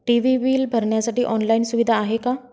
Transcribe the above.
TV bill भरण्यासाठी online सुविधा आहे का?